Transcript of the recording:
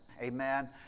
amen